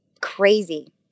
Crazy